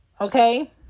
Okay